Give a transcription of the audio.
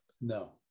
no